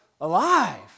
alive